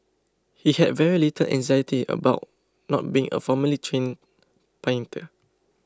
he had very little anxiety about not being a formally trained painter